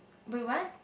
but what